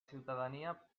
ciutadania